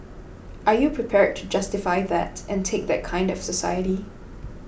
are you prepared to justify that and take that kind of society